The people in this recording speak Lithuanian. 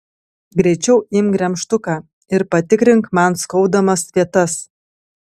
greičiau imk gremžtuką ir patrink man skaudamas vietas